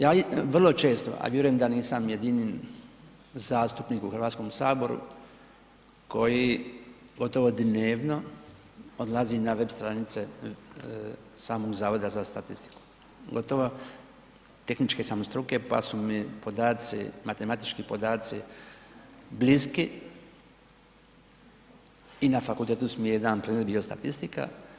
Ja vrlo često a vjerujem da nisam jedini zastupnik u Hrvatskom saboru koji gotovo dnevno odlazi na web stranice samog Zavoda za statistiku, gotovo, tehničke sam struke pa su mi podaci, matematički podaci bliski i na fakultetu mi je jedan predmet bio statistika.